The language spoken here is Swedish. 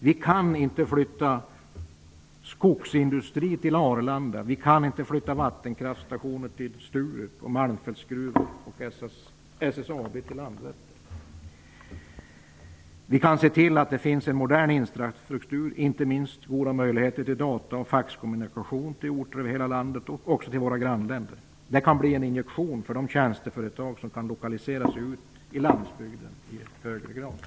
Vi kan inte flytta skogsindustri till Arlanda. Vi kan inte flytta vattenkraftsstationer till Sturup och malmfältsgruvor och SSAB till Landvetter. Vi kan se till att det finns en modern infrastruktur och inte minst goda möjligheter till dator och faxkommunikation till orter över hela landet och till våra grannländer. Det kan bli en injektion för de tjänsteföretag som i högre grad skulle kunna lokaliseras till landsbygden.